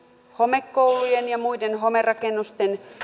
homekoulujen ja muiden homerakennusten